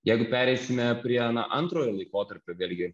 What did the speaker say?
jeigu pereisime prie na antrojo laikotarpio vėlgi